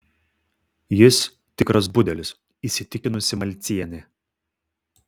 jis tikras budelis įsitikinusi malcienė